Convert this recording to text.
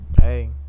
Hey